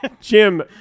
Jim